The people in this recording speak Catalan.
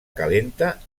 calenta